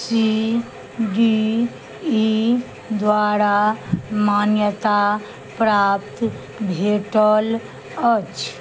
C D E द्वारा मान्यता प्राप्त भेटल अछि